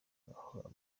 aho